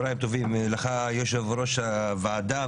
צוהריים טובים, לך, יושב-ראש הוועדה.